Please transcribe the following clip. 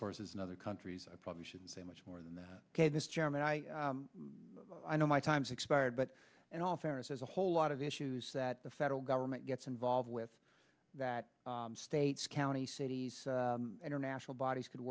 sources another countries i probably shouldn't say much more than that ok this chairman i i know my time's expired but and all fairness is a whole lot of issues that the federal government gets involved with that states counties cities international bodies could